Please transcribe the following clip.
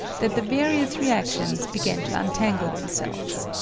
that the various reactions began to untangle themselves.